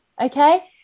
Okay